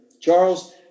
Charles